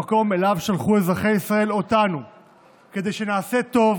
המקום שאליו אותנו שלחו אזרחי ישראל כדי שנעשה טוב